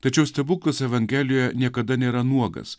tačiau stebuklas evangelioje niekada nėra nuogas